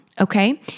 Okay